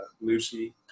Lucy